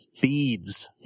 Beads